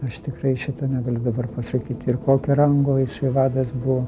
aš tikrai šito negaliu dabar pasakyti ir kokio rango vadas buvo